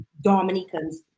Dominicans